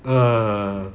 ah